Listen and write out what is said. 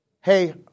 Hey